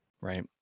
right